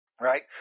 Right